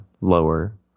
lower